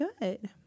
good